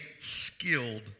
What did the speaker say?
skilled